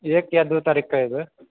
एक या दू तारीख क एबै